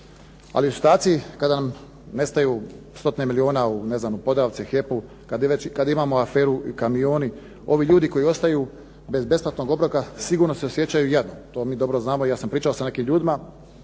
Ali u situaciji kada nam nestaju stotine milijuna u Podravci, HEP-u, kad imamo aferu Kamioni, ovi ljudi koji ostaju bez besplatnog obroka sigurno se osjećaju jadno. To mi dobro znamo i ja sam pričao sa nekim ljudima.